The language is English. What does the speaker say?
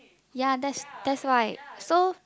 ya that's that's why so